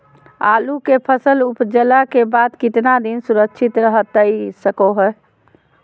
आलू के फसल उपजला के बाद कितना दिन सुरक्षित रहतई सको हय?